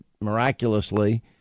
miraculously